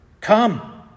Come